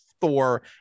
Thor